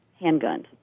handguns